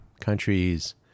countries